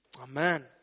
Amen